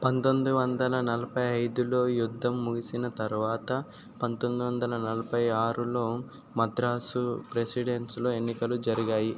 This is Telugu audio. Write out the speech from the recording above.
పంతొమ్మిది వందల నలభై ఐదులో యుద్ధం ముగిసిన తర్వాత పంతొమ్మిది నలభై ఆరులో మద్రాసు ప్రెసిడెన్సీలో ఎన్నికలు జరిగాయి